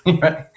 right